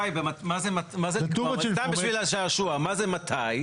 סתם בשביל השעשוע, מה זה מתי?